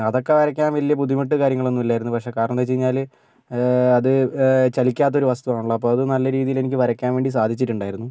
അതൊക്കെ വരക്കാൻ വലിയ ബുദ്ധിമുട്ട് കാര്യങ്ങളൊന്നുമില്ലായിരുന്നു പക്ഷേ കാരണെന്താ വെച്ചു കഴിഞ്ഞാൽ അത് ചലിക്കാത്തൊരു വസ്തു ആണല്ലോ അപ്പോൾ അത് നല്ല രീതിയിൽ എനിക്ക് വരയ്ക്കാൻ വേണ്ടി സാധിച്ചിട്ടുണ്ടായിരുന്നു